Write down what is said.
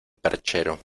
perchero